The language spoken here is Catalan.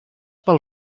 pel